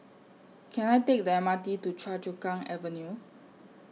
Can I Take The M R T to Choa Chu Kang Avenue